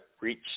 reach